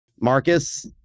Marcus